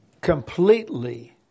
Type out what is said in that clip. completely